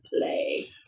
play